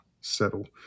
settle